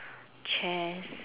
chairs